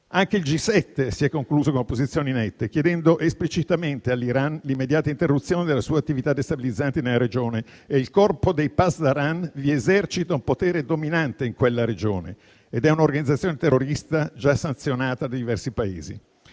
Anche il G7 si è concluso con posizioni nette, chiedendo esplicitamente all'Iran l'immediata interruzione della sua attività destabilizzante nella regione; il Corpo dei *pasdaran* esercita un potere dominante in quella regione ed è un'organizzazione terrorista già sanzionata da diversi Paesi.